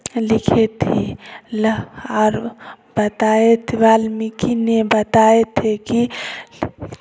लिखे थे ल और बताए वाल्मीकि ने बताए थे कि